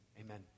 amen